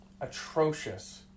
atrocious